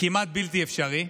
כמעט בלתי אפשרי.